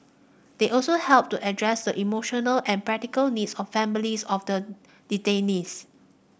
they also helped to address the emotional and practical needs of families of the detainees